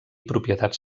propietats